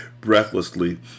breathlessly